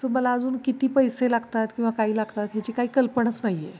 so मला अजून किती पैसे लागतात किंवा काही लागतात ह्याची काही कल्पनाच नाही आहे